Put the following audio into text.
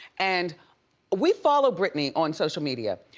and we follow britney on social media.